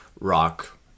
rock